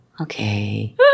Okay